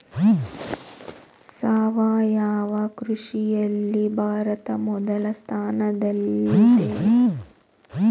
ಸಾವಯವ ಕೃಷಿಯಲ್ಲಿ ಭಾರತ ಮೊದಲ ಸ್ಥಾನದಲ್ಲಿದೆ